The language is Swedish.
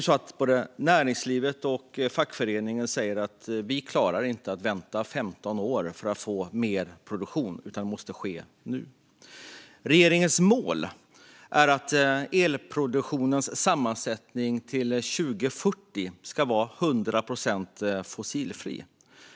Både näringslivet och fackföreningarna säger att de inte kan vänta i 15 år på mer produktion utan att den måste komma nu. Regeringens mål är att elproduktionens sammansättning ska vara 100 procent fossilfri till 2040.